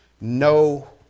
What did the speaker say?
No